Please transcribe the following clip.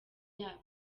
yabyo